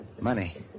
Money